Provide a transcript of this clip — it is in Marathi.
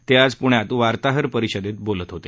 ते आज प्ण्यात वार्ताहर परिषदेत बोलत होते